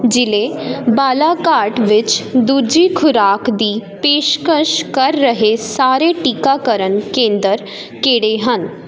ਜ਼ਿਲ੍ਹੇ ਬਾਲਾਘਾਟ ਵਿੱਚ ਦੂਜੀ ਖੁਰਾਕ ਦੀ ਪੇਸ਼ਕਸ਼ ਕਰ ਰਹੇ ਸਾਰੇ ਟੀਕਾਕਰਨ ਕੇਂਦਰ ਕਿਹੜੇ ਹਨ